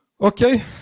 okay